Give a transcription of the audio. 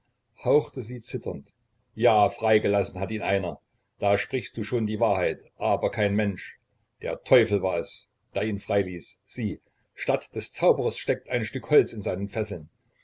hauchte sie zitternd ja freigelassen hat ihn einer da sprichst du schon die wahrheit aber kein mensch der teufel war es der ihn freiließ sieh statt des zauberers steckt ein stück holz in seinen fesseln